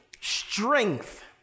strength